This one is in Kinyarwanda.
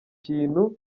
ikintu